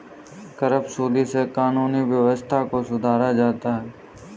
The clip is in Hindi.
करवसूली से कानूनी व्यवस्था को सुधारा जाता है